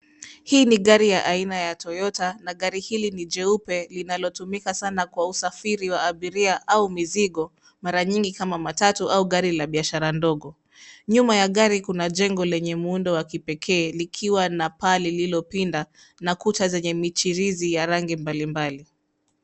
Hii ni gari ya aina ya Toyota na gari hili ni jeupe linalotumika sana kwa usafiri wa abiria au mizigo, mara nyingi kama matatu au gari la biashara ndogo. Nyuma ya gari kuna jengo lenye muundo wa kipekee likiwa na paa lililopinda na kuta zenye michirizi ya rangi mbalimbali.